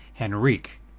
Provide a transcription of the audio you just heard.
Henrique